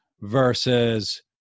versus